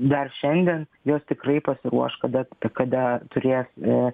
dar šiandien jos tikrai pasiruoš kada kada turės